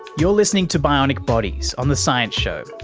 you're listening to bionic bodies on the science show,